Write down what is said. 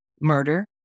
murder